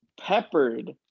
peppered